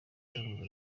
ndumva